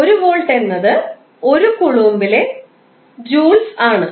1 volt എന്നത് 1 കുളുംബിലെ joules ആണ്